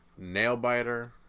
Nailbiter